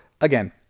again